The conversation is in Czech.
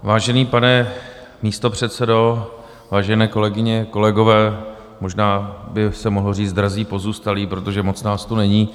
Vážený pane místopředsedo, vážené kolegyně, kolegové, možná bych mohl říct drazí pozůstalí, protože moc nás tu není.